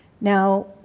Now